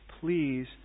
please